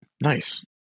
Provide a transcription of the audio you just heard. nice